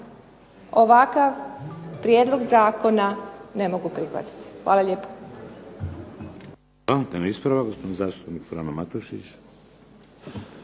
Ovakav prijedlog zakona ne mogu prihvatiti. Hvala lijepo.